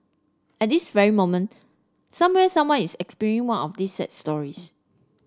at this very moment somewhere someone is experiencing one of these sad stories